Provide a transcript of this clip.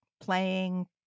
playing